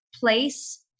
place